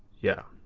yeah.